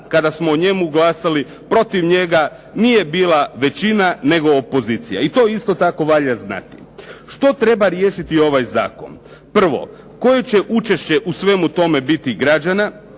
kada smo o njemu glasali protiv njega nije bila većina nego opozicija. I to isto tako valja znati. Što treba riješiti ovaj zakon? Prvo, koje će učešće u svemu tome biti građana,